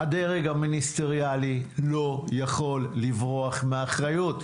הדרג המיניסטריאלי לא יכול לברוח מאחריות.